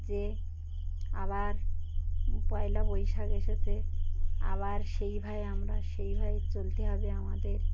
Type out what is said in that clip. যে আবার পয়লা বৈশাখ এসেছে আবার সেই ভাবে আমরা সেই ভাবে চলতে হবে আমাদের